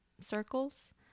circles